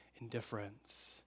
indifference